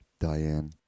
Diane